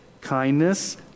kindness